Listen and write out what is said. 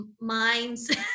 minds